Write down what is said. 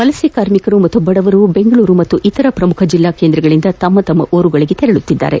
ವಲಸೆ ಕಾಮಿಕರು ಹಗೂ ಬಡವರು ಬೆಂಗಳೂರು ಹಾಗೂ ಇತರೆ ಪ್ರಮುಖ ಜಿಲ್ಲಾ ಕೇಂದ್ರಗಳಿಂದ ತಮ್ಮ ಊರುಗಳಿಗೆ ತೆರಳುತ್ತಿದ್ದಾರೆ